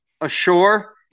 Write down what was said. ashore